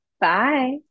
Bye